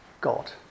God